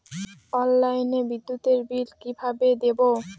অনলাইনে বিদ্যুতের বিল কিভাবে দেব?